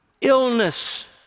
illness